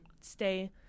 stay